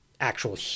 actual –